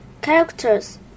Characters